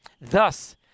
Thus